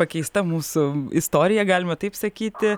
pakeista mūsų istorija galima taip sakyti